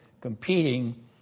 competing